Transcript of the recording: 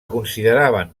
consideraven